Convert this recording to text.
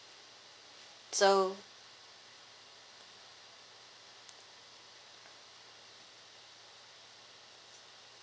so